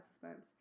suspense